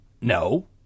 No